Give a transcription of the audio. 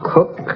Cook